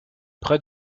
près